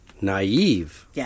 naive